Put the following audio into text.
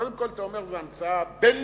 קודם כול, אתה אומר שזאת המצאה בין-לאומית.